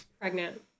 Pregnant